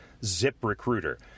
ZipRecruiter